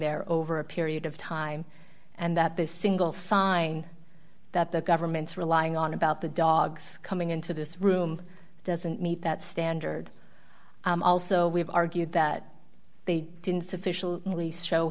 there over a period of time and that this single sign that the government's relying on about the dogs coming into this room doesn't meet that standard also we've argued that they didn't sufficiently at least show